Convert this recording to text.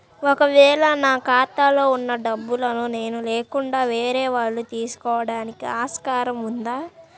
ఒక వేళ నా ఖాతాలో వున్న డబ్బులను నేను లేకుండా వేరే వాళ్ళు తీసుకోవడానికి ఆస్కారం ఉందా?